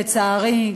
לצערי,